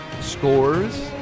scores